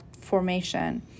formation